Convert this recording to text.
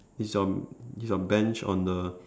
is your is your bench on the